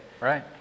Right